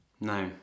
No